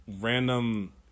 random